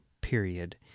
period